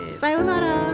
Sayonara